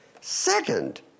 Second